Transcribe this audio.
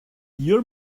your